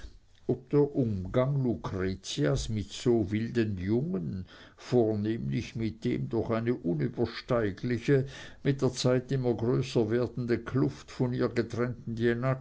der umgang lucretias mit so wilden jungen vornehmlich mit dem durch eine unübersteigliche mit der zeit immer größer werdende kluft von ihr getrennten